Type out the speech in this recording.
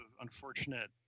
unfortunate